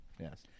yes